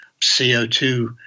CO2